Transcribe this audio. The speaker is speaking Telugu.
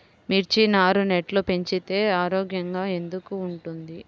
మిర్చి నారు నెట్లో పెంచితే ఆరోగ్యంగా ఎందుకు ఉంటుంది?